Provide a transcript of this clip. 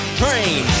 train